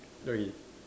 okay